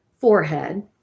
forehead